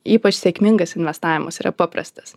ypač sėkmingas investavimas yra paprastas